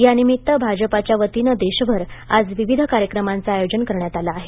यानिमित्त भाजपाच्या वतीनं देशभर विविध उपक्रमांचं आयोजन करण्यात आलं आहे